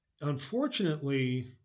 Unfortunately